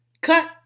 Cut